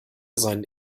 seinen